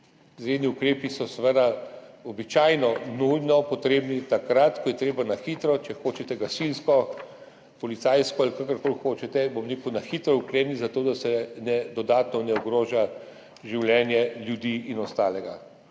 Izredni ukrepi so seveda običajno nujno potrebni takrat, ko je treba na hitro, če hočete gasilsko, policijsko, ali kakorkoli hočete, na hitro ukreniti, zato da se dodatno ne ogroža življenja ljudi in ostalega.